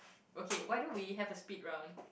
okay why don't we have a speed round